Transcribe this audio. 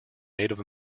native